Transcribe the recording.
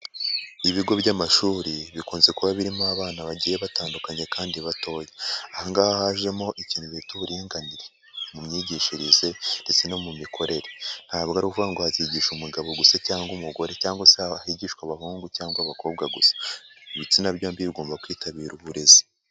Ibigo by'amashuri bikunze kuba birimo abana bagiye batandukanye kandi batoya, aha ngaha hajemo ikintu bita uburinganire mu myigishirize ndetse no mu mikorere ntabwo ari kuvuga ngo hazigisha umugabo gusa cyangwa umugore cyangwa se higishwe abahungu cyangwa abakobwa gusa, ibitsina byombi bigomba kwitabira uburezi.